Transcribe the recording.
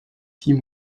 six